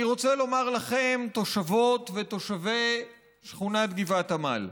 אני רוצה לומר לכם, תושבות ותושבי שכונת גבעת עמל,